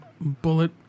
bullet